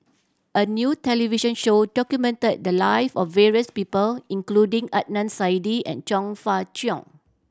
a new television show documented the lives of various people including Adnan Saidi and Chong Fah Cheong